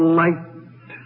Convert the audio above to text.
light